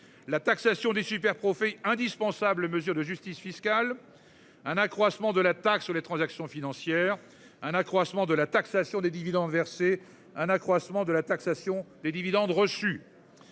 La taxation des superprofits indispensables mesure de justice fiscale. Un accroissement de la taxe sur les transactions financières, un accroissement de la taxation des dividendes versés un accroissement de la taxation des dividendes reçus.